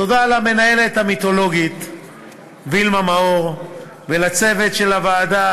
תודה למנהלת המיתולוגית וילמה מאור ולצוות הוועדה,